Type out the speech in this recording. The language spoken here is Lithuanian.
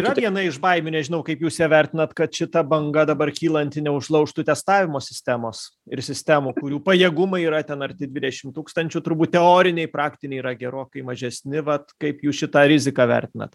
yra viena iš baimių nežinau kaip jūs ją vertinat kad šita banga dabar kylanti neužlaužtų testavimo sistemos ir sistemų kurių pajėgumai yra ten arti dvidešim tūkstančių turbūt teoriniai praktiniai yra gerokai mažesni vat kaip jūs šitą riziką vertinat